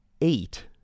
eight